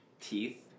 teeth